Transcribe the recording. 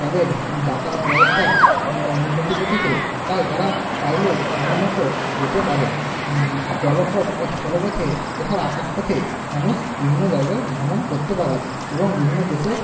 তাদের যাতায়াত ব্যবস্থার উন্নতি ঘটেছে তাই তারা চাইলে সময় মতো যেতে পারে জলপথ বা স্থলপথে এছাড়া আকাশপথে মানুষ বিভিন্ন জায়গায় ভ্রমণ করতে পারে এবং বিভিন্ন দেশেও